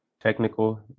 Technical